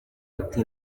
ati